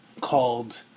called